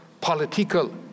political